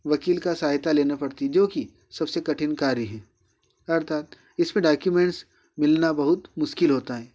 वकील का सहायता लेना पड़ती है जो कि सबसे कठिन कार्य है अर्थात इसमें डोक्युमेन्ट्स मिलना बहुत मुश्किल होता है